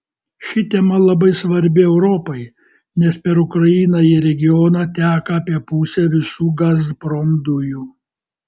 ši tema labai svarbi europai nes per ukrainą į regioną teka apie pusę visų gazprom dujų